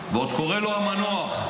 ועוד קורא לו המנוח.